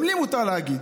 גם לי מותר להגיד